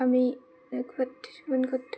আমি